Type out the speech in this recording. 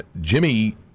Jimmy